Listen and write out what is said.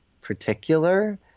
particular